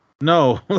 No